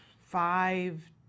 five